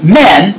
men